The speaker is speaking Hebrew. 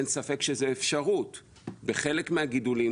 אין ספק שזו אפשרות; בחלק מהגידולים